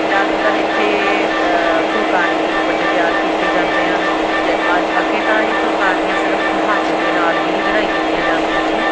ਜ਼ਿਆਦਾਤਰ ਇੱਥੇ ਫੁਲਕਾਰੀ ਦੇ ਦੁਪੱਟੇ ਤਿਆਰ ਕੀਤੇ ਜਾਂਦੇ ਹਨ ਅੱਗੇ ਤਾਂ ਇਹ ਫੁਲਕਾਰੀਆਂ ਸਿਰਫ ਹੱਥ ਦੇ ਨਾਲ ਹੀ ਕਢਾਈ ਕੀਤੀਆਂ ਜਾਂਦੀਆਂ ਸੀ